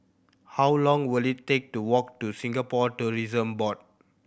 how long will it take to walk to Singapore Tourism Board